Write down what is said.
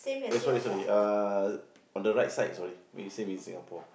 eh sorry sorry uh on the right side sorry it's same in Singapore